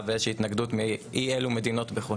ואיזושהי התנגדות מאי אילו מדינות בחו"ל.